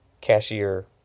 cashier